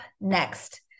next